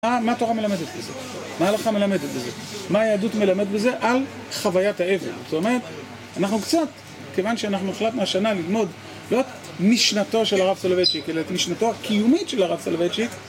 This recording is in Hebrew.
מה התורה מלמדת בזה? מה הלכה מלמדת בזה? מה היהדות מלמדת בזה על חוויית העבר? זאת אומרת, אנחנו קצת, כיוון שאנחנו החלטנו השנה ללמוד לא את משנתו של הרב סלווט'יק, אלא את משנתו הקיומית של הרב סלווט'יק